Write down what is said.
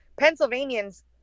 Pennsylvanians